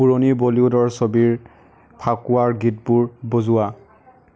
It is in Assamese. পুৰণি বলীউডৰ ছবিৰ ফাকুৱাৰ গীতবোৰ বজোৱা